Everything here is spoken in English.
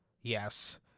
Yes